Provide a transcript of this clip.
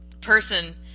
person